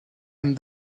and